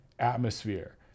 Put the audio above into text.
atmosphere